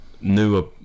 newer